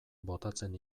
botatzen